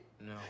No